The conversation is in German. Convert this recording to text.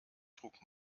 trug